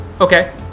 Okay